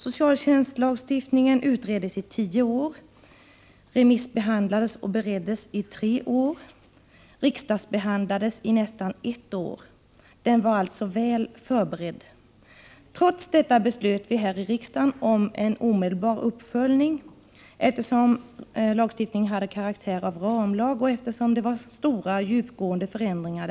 Socialtjänstlagstiftningen utreddes i tio år, remissbehandlades och bereddes i tre år och riksdagsbehandlades i nästan ett år. Den var alltså väl förberedd. Trots detta beslöt vi här i riksdagen om en omedelbar uppföljning, eftersom lagen hade karaktären av ramlag och eftersom det handlade om stora och djupgående förändringar.